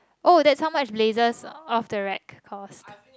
oh that's how much lasers off the rack cost